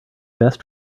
best